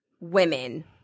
women